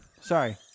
Sorry